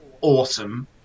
awesome